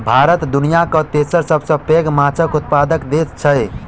भारत दुनियाक तेसर सबसे पैघ माछक उत्पादक देस छै